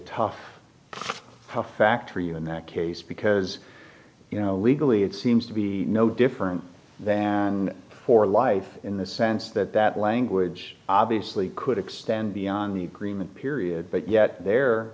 tough how factor you in that case because you know legally it seems to be no different than for life in the sense that that language obviously could extend beyond the green period but yet the